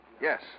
Yes